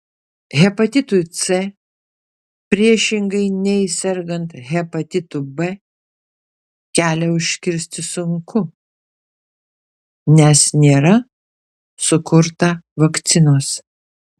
hepatitui c priešingai nei sergant hepatitu b kelią užkirsti sunku nes nėra sukurta vakcinos